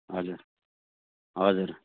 हजुर हजुर